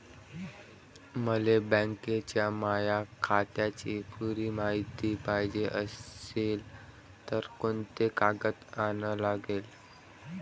मले बँकेच्या माया खात्याची पुरी मायती पायजे अशील तर कुंते कागद अन लागन?